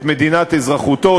את מדינת אזרחותו,